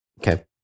Okay